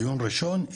דיון ראשון,